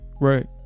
right